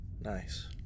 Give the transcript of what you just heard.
Nice